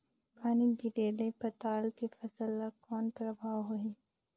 पानी गिरे ले पताल के फसल ल कौन प्रभाव होही?